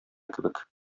кебек